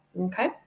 Okay